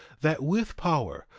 that with power,